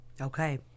okay